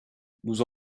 nous